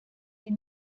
die